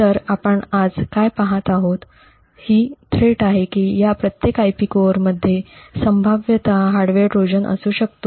तर आपण आज काय पाहत आहोत ही थ्रेट आहे की या प्रत्येक IP कोअरमध्ये संभाव्यतः हार्डवेअर ट्रोजन असू शकतो